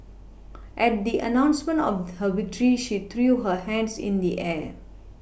at the announcement of her victory she threw her hands in the air